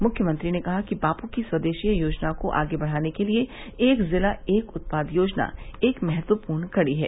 मुख्यमंत्री ने कहा कि बापू की स्वदेशी योजना को आगे बढ़ाने के लिए एक जिला एक उत्पाद योजना एक महत्वपूर्ण कड़ी है